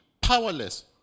powerless